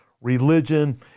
religion